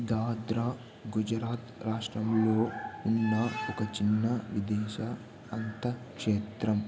దాద్రా గుజరాత్ రాష్ట్రంలో ఉన్న ఒక చిన్న విదేశ అంతఃక్షేత్రం